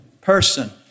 person